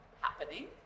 happening